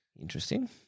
interesting